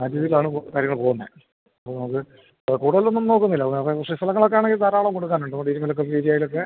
നല്ല രീതിയിലാണ് കാര്യങ്ങൾ പോകുന്നത് അപ്പോൾ നമുക്ക് കൂടുതലൊന്നും നോക്കുന്നില്ല നമുക്ക് കൃഷി സ്ഥലങ്ങളൊക്കെ ആണെങ്കിൽ ധാരാളം കൊടുക്കാനുണ്ട് നല്ല രീതിക്കുള്ള കൃഷി രീതി ആയാലൊക്കെ